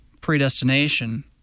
predestination